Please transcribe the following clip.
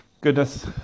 Goodness